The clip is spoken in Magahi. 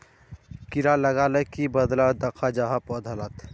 कीड़ा लगाले की बदलाव दखा जहा पौधा लात?